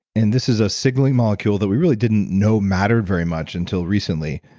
and this is a signaling molecule that we really didn't know matter very much until recently,